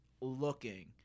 looking